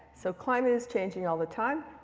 so climate is changing all the time.